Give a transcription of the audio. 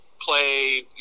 play